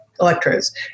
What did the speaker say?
electrodes